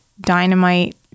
dynamite